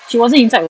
she wasn't inside [what]